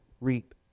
reap